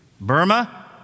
Burma